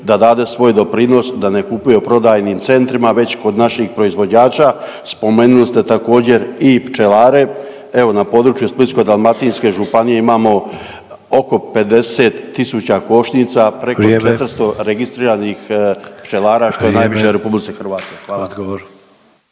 da dade svoj doprinos da ne kupuje u prodajnim centrima već kod naših proizvođača. Spomenuli ste također i pčelare. Evo na području Splitsko-dalmatinske županije imamo oko 50 000 košnica, preko 400 registriranih … …/Upadica Sanader: Vrijeme./…